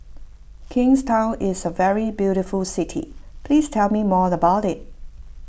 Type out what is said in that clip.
Kingstown is a very beautiful city please tell me more about it